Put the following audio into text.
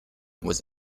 was